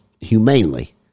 humanely